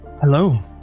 Hello